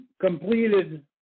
completed